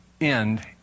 end